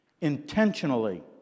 intentionally